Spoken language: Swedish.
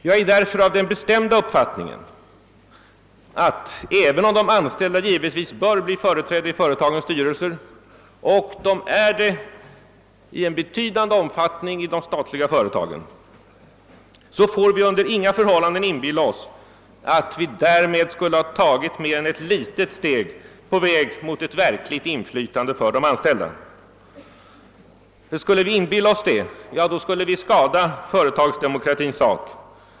Jag har därför den bestämda uppfattningen att vi — även om de anställda givetvis bör bli företrädda i företagens styrelser, vilket de i betydande omfattning är i de statliga företagen — under inga förhållanden får inbilla oss att vi därmed skulle ha tagit mer än ett litet steg på väg mot ett verkligt inflytande för de anställda. Skulle vi intala oss det, då skulle vi skada företagsdemokratins sak.